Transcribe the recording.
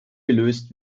gelöst